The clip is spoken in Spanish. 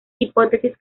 hipótesis